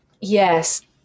Yes